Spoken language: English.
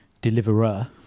deliverer